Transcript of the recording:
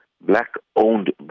black-owned